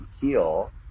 heal